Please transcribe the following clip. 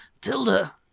Tilda